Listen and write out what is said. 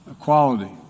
equality